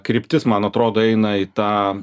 kryptis man atrodo eina į tą